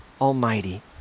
Almighty